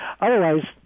Otherwise